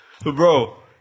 Bro